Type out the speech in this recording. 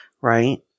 Right